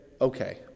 okay